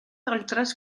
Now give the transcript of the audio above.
altres